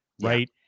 Right